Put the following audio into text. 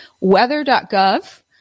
weather.gov